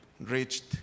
reached